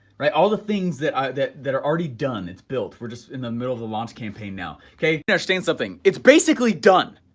right? all the things that i, that, that are already done. it's built, we're just in the middle of the launch campaign now, okay. understand something, it's basically done